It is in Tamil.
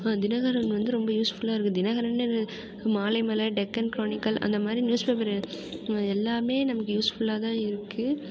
தினகரன் வந்து ரொம்ப யூஸ்ஃபுல்லாக இருக்குது தினகரன்னு இல்லை மாலைமலர் டெக்கன் குரானிக்கல் அந்த மாதிரி நியூஸ் பேப்பர் அது எல்லாமே நமக்கு யூஸ்ஃபுல்லாகதான் இருக்குது